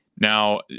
Now